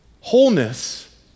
wholeness